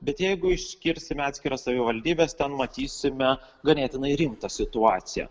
bet jeigu išskirsime atskiras savivaldybes ten matysime ganėtinai rimtą situaciją